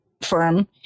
firm